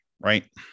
right